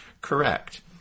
Correct